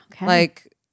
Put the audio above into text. Like-